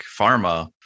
pharma